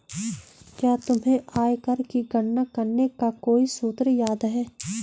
क्या तुम्हें आयकर की गणना करने का कोई सूत्र याद है?